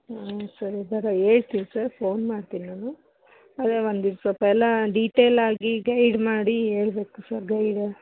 ಹಾಂ ಸರಿ ಸರ್ ಹೇಳ್ತೀವಿ ಸರ್ ಫೋನ್ ಮಾಡ್ತೀನಿ ನಾನು ಅದೇ ಒಂದು ಇದು ಸ್ವಲ್ಪ ಎಲ್ಲ ಡೀಟೈಲ್ ಆಗಿ ಗೈಡ್ ಮಾಡಿ ಹೇಳಬೇಕು ಸರ್ ಗೈಡ